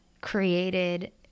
created